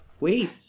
Wait